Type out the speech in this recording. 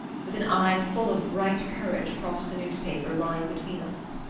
with an eye full of bright courage, across the newspaper lying between us.